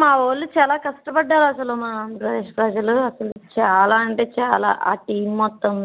మా వాళ్ళు చాలా కష్టపడ్డారసలు మా ఆంధ్రప్రదేశ్ ప్రజలు అస్సలు చాలా అంటే చాలా ఆ టీం మొత్తం